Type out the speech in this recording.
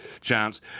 chance